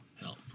help